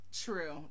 True